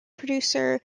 producer